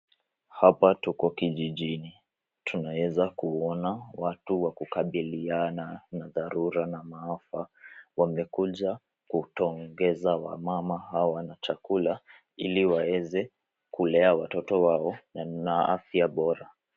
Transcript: Hapa tuko kijijini. Tunaweza kuona watu wa kukabiliana na dharura na maafa wamekuja kupongeza wamama hawa na chakula ili waweze kulea watoto wao na afya bora.